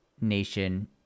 nation